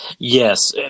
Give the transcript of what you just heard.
Yes